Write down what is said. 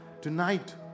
Tonight